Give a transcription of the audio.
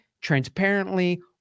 transparently